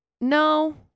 No